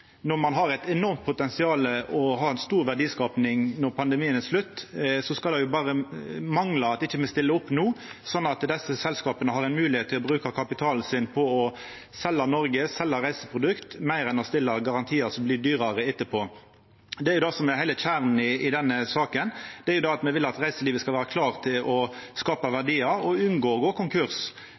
Når ein har eit enormt potensial og stor verdiskaping når pandemien er slutt, skulle det berre mangla at me ikkje stiller opp no, sånn at desse selskapa har ei moglegheit til å bruka kapitalen sin på å selja Noreg, selja reiseprodukt, heller enn å stilla garantiar som blir dyrare etterpå. Det er det som er heile kjernen i denne saka, at me vil at reiselivet skal vera klart til å skapa verdiar og unngå å gå konkurs.